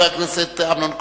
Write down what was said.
של חבר הכנסת אמנון כהן,